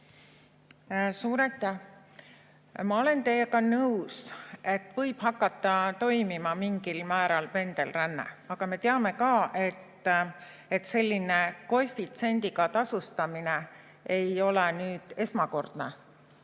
Suur aitäh! Ma olen teiega nõus, et võib hakata toimuma mingil määral pendelränne, aga me teame ka, et selline koefitsiendiga tasustamine ei ole esmakordne.